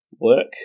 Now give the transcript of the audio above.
work